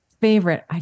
favorite